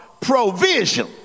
provision